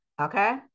Okay